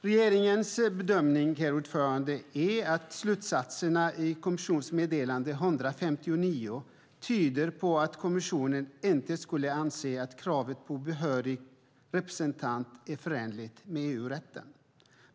Regeringens bedömning, herr talman, är att slutsatserna i kommissionsmeddelande 159 tyder på att kommissionen inte skulle anse att kravet på behörig representant är förenligt med EU-rätten.